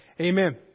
Amen